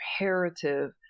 imperative